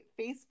Facebook